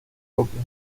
propio